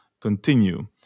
continue